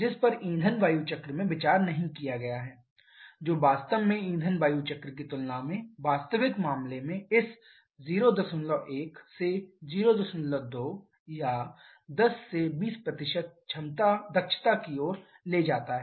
जिस पर ईंधन वायु चक्र में विचार नहीं किया गया है जो वास्तव में ईंधन वायु चक्र की तुलना में वास्तविक मामले में इस 01 से 02 या 10 से 20 दक्षता की ओर ले जाता है